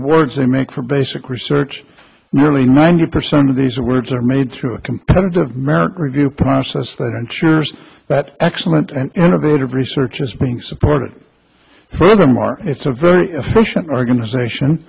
words they make from basic research nearly ninety percent of these words are made through a competitive merit review process that ensures that excellent and innovative research is being supported furthermore it's a very efficient organization